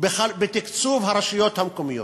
בתקצוב הרשויות המקומיות.